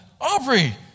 Aubrey